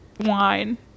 wine